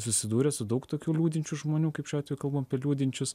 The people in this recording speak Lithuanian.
susidūręs su daug tokių liūdinčių žmonių kaip šiuo atveju kalbam liūdinčius